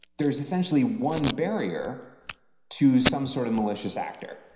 there's essentially one barrier to some sort of malicious actor.